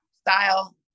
style